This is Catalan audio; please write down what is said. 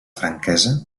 franquesa